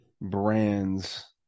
Brands